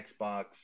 Xbox